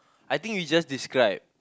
I think we just describe